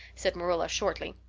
said marilla shortly.